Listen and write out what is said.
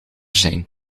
zijn